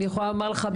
אני יכולה לומר לך,